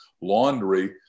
laundry